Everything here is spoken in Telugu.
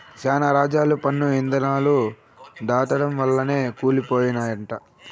శానా రాజ్యాలు పన్ను ఇధానాలు దాటడం వల్లనే కూలి పోయినయంట